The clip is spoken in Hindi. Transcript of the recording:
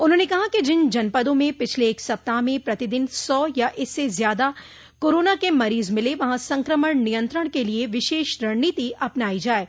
उन्होंने कहा कि जिन जनपदों में पिछले एक सप्ताह में प्रतिदिन सौ या इससे ज्यादा कोरोना के मरीज मिले वहां संक्रमण नियंत्रण के लिये विशेष रणनीति अपनाई जाये